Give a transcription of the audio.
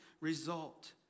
result